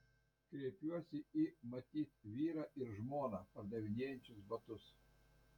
kreipiuosi į matyt vyrą ir žmoną pardavinėjančius batus